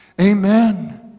Amen